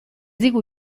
digu